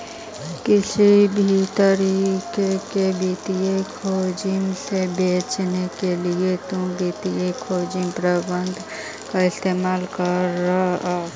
किसी भी तरीके के वित्तीय जोखिम से बचने के लिए तु वित्तीय जोखिम प्रबंधन का इस्तेमाल करअ